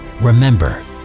Remember